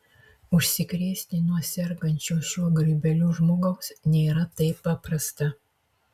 užsikrėsti nuo sergančio šiuo grybeliu žmogaus nėra taip paprasta